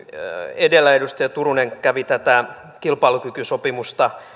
edellä edustaja turunen kävi tätä kilpailukykysopimusta